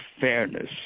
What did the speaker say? fairness